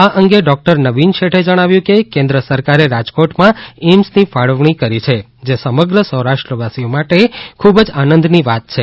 આ અંગે ડોક્ટર નવીન શેઠે જણાવ્યું છે કે કેન્દ્ર સરકાર દ્વારા રાજકોટમાં એઈમ્સની ફાળવણી કરી છે જે સમગ્ર સૌરાષ્ટ્રવાસીઓ માટે ખુબજ આનંદની વાત છે